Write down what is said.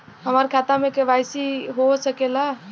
हमार खाता में के.वाइ.सी हो सकेला?